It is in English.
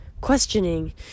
questioning